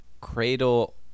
Cradle